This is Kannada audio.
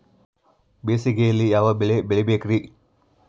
ಬೇಸಿಗೆಯಲ್ಲಿ ಯಾವ ಬೆಳೆ ಬೆಳಿಬೇಕ್ರಿ?